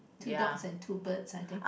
two dogs and two birds I think